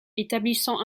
établissant